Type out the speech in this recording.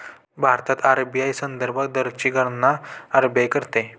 भारतात आर.बी.आय संदर्भ दरची गणना आर.बी.आय करते